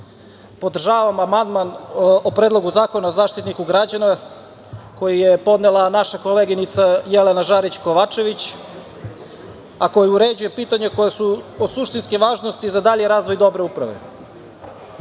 podržavam amandman o Predlogu zakona o zaštitniku građana koji je podnela naša koleginica Jelena Žarić Kovačević, a koji uređuje pitanja koja su od suštinske važnosti za dalji razvoj dobre